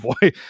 boy